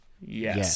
Yes